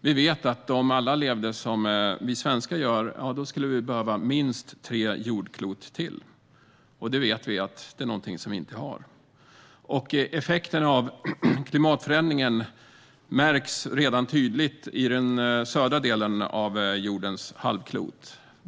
Vi vet att om alla levde som vi svenskar gör skulle vi behöva minst ytterligare tre jordklot, och det har vi inte. Effekterna av klimatförändringen märks redan tydligt i den södra delen av jordens halvklot.